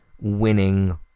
winning